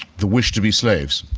the wish to be slaves,